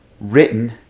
written